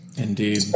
Indeed